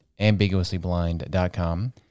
ambiguouslyblind.com